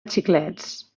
xiclets